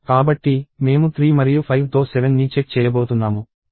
కాబట్టి మేము 3 మరియు 5 తో 7 ని చెక్ చేయబోతున్నాము